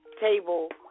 table